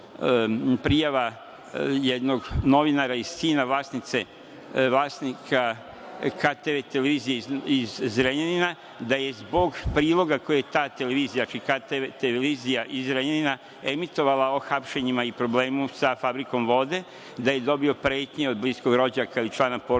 prijava jednog novinara i sina vlasnika KTV televizije iz Zrenjanina, da je zbog priloga koji je ta televizija, znači KTV televizija iz Zrenjanina, emitovala o hapšenjima i problemu sa fabrikom vode, da je dobio pretnje od bliskog rođaka i člana porodice